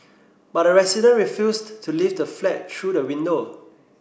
but the resident refused to leave the flat through the window